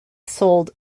sold